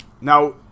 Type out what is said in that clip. Now